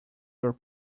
your